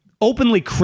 Openly